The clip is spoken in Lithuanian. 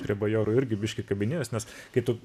prie bajoro irgi biškį kabinėjuos nes kai tu